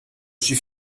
suis